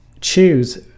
choose